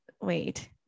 wait